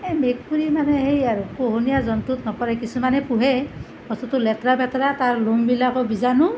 এই মেকুৰী মানে হেই আৰু পোহনীয়া জন্তুত নপৰে কিছুমানে পুহে বস্তুটো লেতেৰা পেতেৰা তাৰ নোমবিলাকো বিজাণু